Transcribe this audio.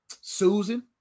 susan